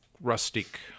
rustic